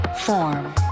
form